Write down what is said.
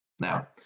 Now